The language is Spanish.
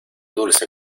dulce